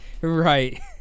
right